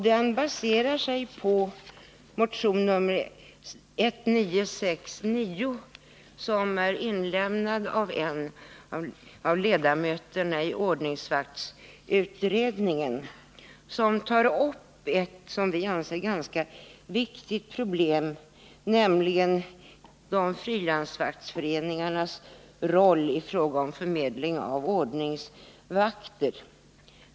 Den baserar sig på motion 1969, som har väckts av en av ledamöterna i ordningsvaktsutredningen. Motionen tar upp ett som vi anser ganska viktigt problem, nämligen ordningsvaktsföreningarnas roll i fråga om förmedling av ordningsvakter.